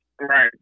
Right